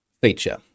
feature